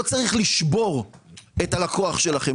לא צריך לשבור את הלקוח שלכם.